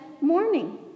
morning